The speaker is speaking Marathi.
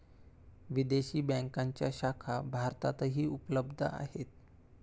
विदेशी बँकांच्या शाखा भारतातही उपलब्ध आहेत